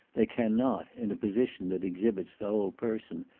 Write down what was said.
they cannot, in a position that exhibits the whole person,